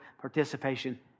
participation